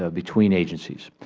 ah between agencies.